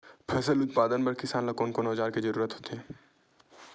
फसल उत्पादन बर किसान ला कोन कोन औजार के जरूरत होथे?